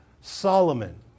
Solomon